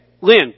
Lynn